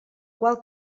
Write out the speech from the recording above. qual